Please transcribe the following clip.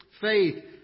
faith